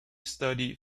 studied